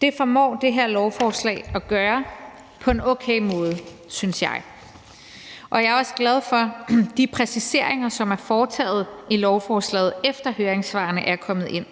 Det formår det her lovforslag at gøre på en okay måde, synes jeg. Jeg er også glad for de præciseringer, som er foretaget i lovforslaget, efter høringssvarene er kommet ind,